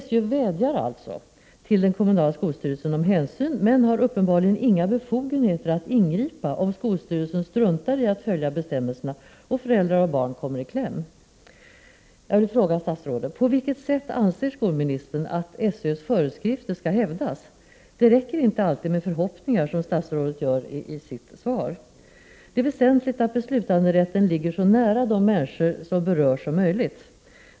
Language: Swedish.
SÖ vädjar alltså till den kommunala skolstyrelsen om hänsyn men har uppenbarligen inga befogenheter att ingripa, om skolstyrelsen struntar i att följa bestämmelserna och föräldrar och barn kommer i kläm. Jag vill fråga statsrådet: På vilket sätt anser skolministern att SÖ:s föreskrifter skall hävdas? Det räcker inte alltid med förhoppningar, som statsrådet ger uttryck för i sitt svar. Det är väsentligt att beslutanderätten ligger så nära de människor som berörs som möjligt.